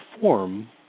form